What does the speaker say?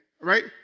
right